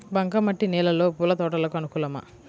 బంక మట్టి నేలలో పూల తోటలకు అనుకూలమా?